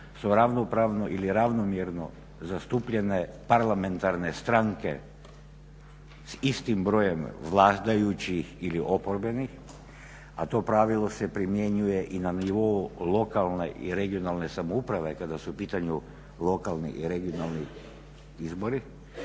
su ravnopravno ili ravnomjerno zastupljene parlamentarne stranke s istim brojem vladajućih ili oporbenih, a to pravilo se primjenjuje i na nivou lokalne i regionalne samouprave kada su u pitanju lokalni i regionalni izbori,